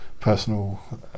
personal